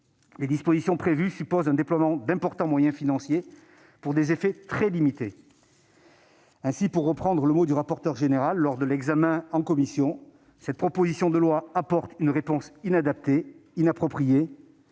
les dispositions prévues dans le texte supposent le déploiement d'importants moyens financiers pour des effets très limités. Ainsi, pour reprendre les mots du rapporteur général, lors de l'examen en commission, « cette proposition de loi apporte une réponse inadaptée, inappropriée,